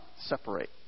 Separate